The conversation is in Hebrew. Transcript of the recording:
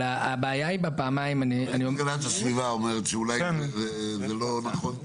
היא אומרת מהגנת הסביבה שזה אולי לא נכון,